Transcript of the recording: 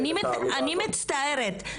אני מצטערת.